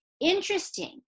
interesting